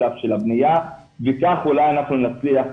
בשלב של הבניה וכך אולי אנחנו נצליח,